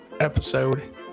episode